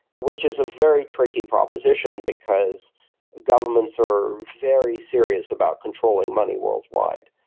which is a very tricky proposition, because governments are very serious about controlling money worldwide.